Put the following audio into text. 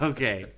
Okay